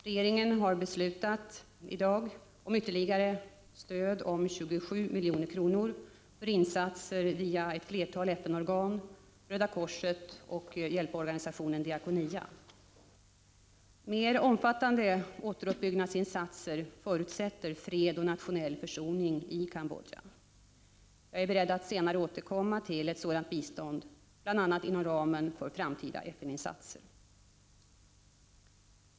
Regeringen har i dag beslutat om ytterligare stöd om 27 milj.kr. för insatser via ett flertal FN-organ, Röda korset och hjälporganisationen Diakonia. Mer omfattande återuppbyggnadsinsatser förutsätter fred och nationell försoning i Cambodja. Jag är beredd att senare återkomma till ett sådant bistånd, bl.a. inom ramen för framtida FN-insatser.